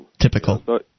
Typical